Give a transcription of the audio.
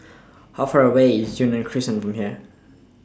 How Far away IS Yunnan Crescent from here